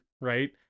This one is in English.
right